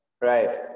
Right